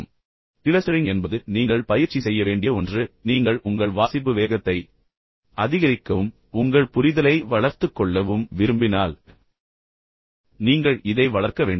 இப்போது கிளஸ்டரிங் என்பது நீங்கள் பயிற்சி செய்ய வேண்டிய ஒன்று நீங்கள் உண்மையில் உங்கள் வாசிப்பு வேகத்தை அதிகரிக்கவும் உங்கள் புரிதலை வளர்த்துக் கொள்ளவும் விரும்பினால் நீங்கள் இதை வளர்க்க வேண்டும்